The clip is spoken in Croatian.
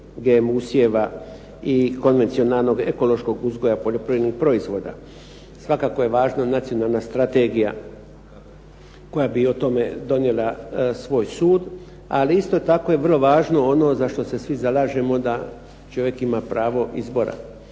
GMO usjeva i konvencionalnog ekološkog uzgoja poljoprivrednih proizvoda. Svakako je važno nacionalna strategija koja bi o tome donijela svoj sud. Ali je isto tako vrlo važno ono za što se svi zalažemo da čovjek ima pravo izbora.